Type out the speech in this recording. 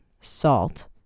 salt